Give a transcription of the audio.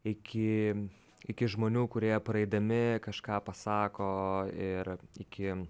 iki iki žmonių kurie praeidami kažką pasako ir iki